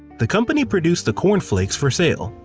the company produced the corn flakes for sale.